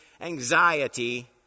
anxiety